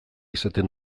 izaten